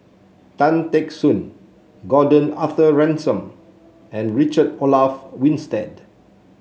Tan Teck Soon Gordon Arthur Ransome and Richard Olaf Winstedt